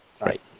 Right